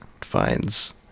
finds